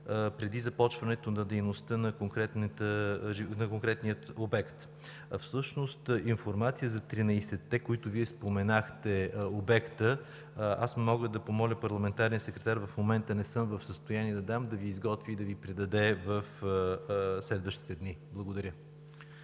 преди започването на дейността на конкретния обект. А всъщност информация за 13-те обекта, които Вие споменахте, мога да помоля парламентарния секретар – в момента не съм в състояние да дам, да Ви изготви и предаде в следващите дни. Благодаря.